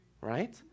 right